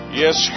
yes